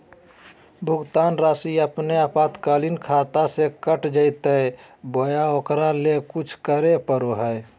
भुक्तान रासि अपने आपातकालीन खाता से कट जैतैय बोया ओकरा ले कुछ करे परो है?